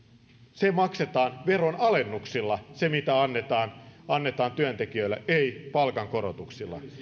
kasvu maksetaan veronalennuksilla se mitä annetaan annetaan työntekijöille ei palkankorotuksilla